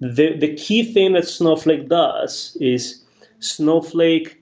the the key thing that snowflake does is snowflake